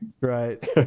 Right